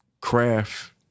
craft